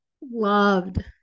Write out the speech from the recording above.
loved